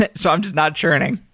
ah so i'm just not churning.